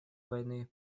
войны